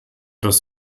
das